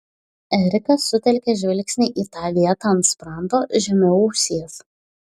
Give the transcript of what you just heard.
erikas sutelkė žvilgsnį į tą vietą ant sprando žemiau ausies